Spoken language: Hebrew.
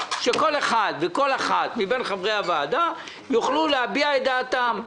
שכל אחד וכל אחת מבין חברי הוועדה יוכלו להביא את דעתם.